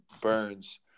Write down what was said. Burns